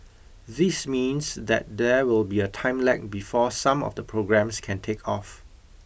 this means that there will be a time lag before some of the programmes can take off